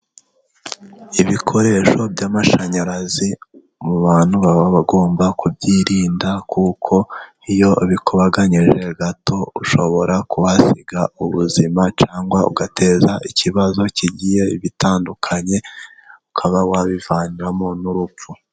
Ibikoresho by'amashanyarazi mu bantu baba bagomba kubyirinda kuko iyo ubikubaganyije gato ushobora kuhasiga ubuzima cyangwa ugateza ikibazo kigiye bitandukanye, ukaba wabivanamo n'urupfu.